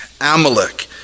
Amalek